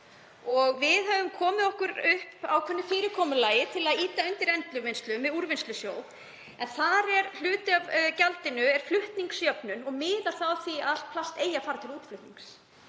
Við höfum komið okkur upp ákveðnu fyrirkomulagi til að ýta undir endurvinnslu með Úrvinnslusjóði en þar er hluti af gjaldinu flutningsjöfnun og miðar að því allt plast eigi að fara til útflutnings.